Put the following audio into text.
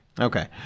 okay